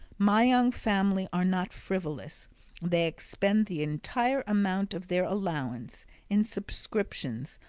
my young family are not frivolous they expend the entire amount of their allowance in subscriptions,